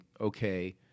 okay